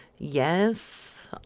Yes